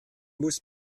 muss